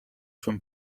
from